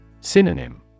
Synonym